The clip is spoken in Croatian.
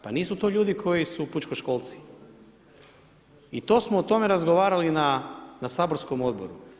Pa nisu to ljudi koji su pučkoškolci i to smo o tome razgovarali na saborskom odboru.